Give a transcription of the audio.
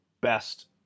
best